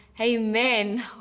Amen